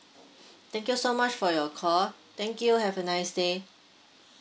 thank you so much for your call thank you have a nice day